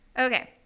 Okay